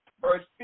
verse